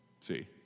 See